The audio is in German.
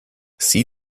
sieh